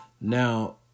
Now